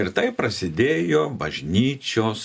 ir taip prasidėjo bažnyčios